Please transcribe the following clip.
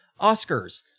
Oscars